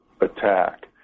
attack